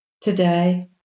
today